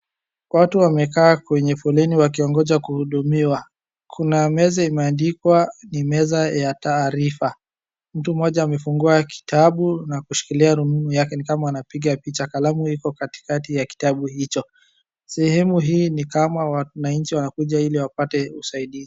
Watu wamekaa kwenye foleni wakiogonja kuhudumiwa. Kuna meza imeandikwa ni meza ya taarifa. Mtu mmoja amefungua kitabu na kushikilia rununu yake ni kama anapiga picha. Kalamu iko katikati ya kitabu hicho. Sehemu hii ni kama wananchi wanakuja ili wapate usaidizi.